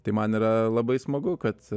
tai man yra labai smagu kad